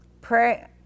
pray